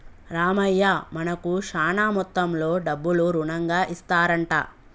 రామయ్య మనకు శాన మొత్తంలో డబ్బులు రుణంగా ఇస్తారంట